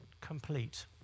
complete